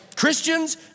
Christians